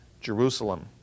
Jerusalem